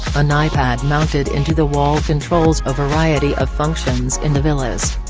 an ipad mounted into the wall controls a variety of functions in the villas.